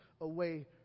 away